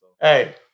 hey